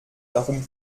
darum